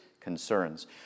concerns